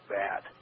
bad